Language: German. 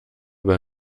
bei